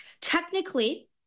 Technically